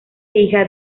hija